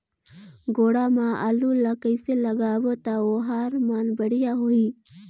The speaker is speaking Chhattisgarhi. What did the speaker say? गोडा मा आलू ला कइसे लगाबो ता ओहार मान बेडिया होही?